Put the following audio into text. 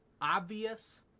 obvious